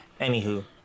anywho